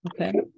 Okay